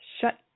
Shut